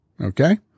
Okay